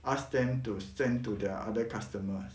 ask them to send to their other customers